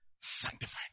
sanctified